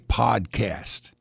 podcast